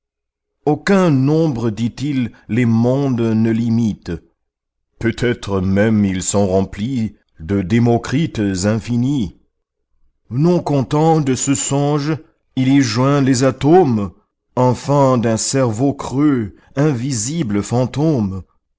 aucun nombre dit-il les mondes ne limite peut-être même ils sont remplis de démocrites infinis non content de ce songe il y joint les atomes enfants d'un cerveau creux invisibles fantômes